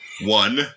One